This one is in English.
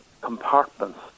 compartments